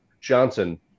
Johnson